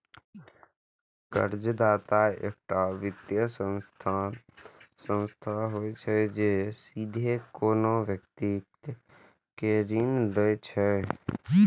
कर्जदाता एकटा वित्तीय संस्था होइ छै, जे सीधे कोनो व्यक्ति कें ऋण दै छै